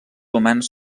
humans